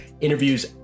interviews